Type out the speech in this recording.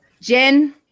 Jen